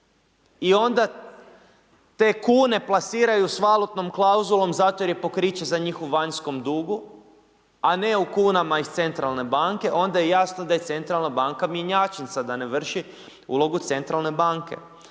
i onda te kune plasiraju sa valutnom klauzulom zato jer je pokriće za njihov vanjski dug, a ne u kunama iz centralne banke, onda je jasno da je centralna banka mjenjačnica da ne vrši ulogu centralne banke.